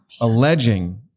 Alleging